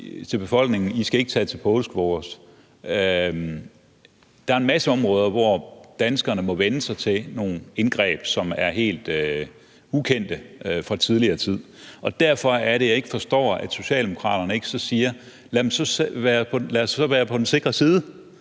til befolkningen, at de ikke skal tage til påskefrokost i påsken. Der er en masse områder, hvor danskerne må vænne sig til nogle indgreb, som er helt ukendte fra tidligere tider. Derfor er det, jeg ikke forstår, at Socialdemokraterne ikke siger: Lad os være på den sikre side